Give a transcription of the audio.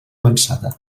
avançada